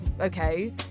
okay